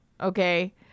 Okay